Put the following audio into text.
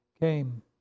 came